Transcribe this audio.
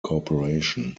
corporation